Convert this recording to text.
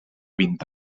vint